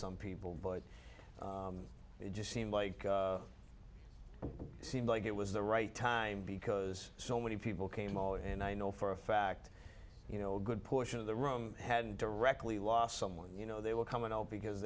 some people but it just seemed like seemed like it was the right time because so many people came all and i know for a fact you know a good portion of the room had directly lost someone you know they were coming out because